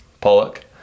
Pollock